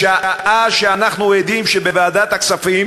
בשעה שאנחנו עדים לכך שבוועדת הכספים